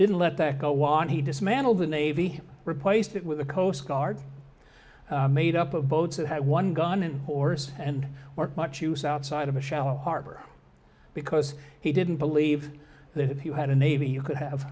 didn't let that go on he dismantled the navy replaced it with a coast guard made up of boats that had one gun and oars and work much use outside of a shallow harbor because he didn't believe that if you had a navy you could have